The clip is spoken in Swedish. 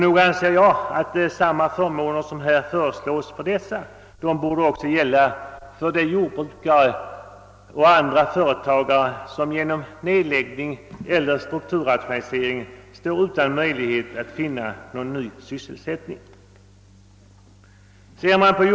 Nog borde samma förmåner gälla också för de jordbrukare och andra företagare som genom nedläggningar eller strukturrationalisering står utan möjlighet att finna ny sysselsättning.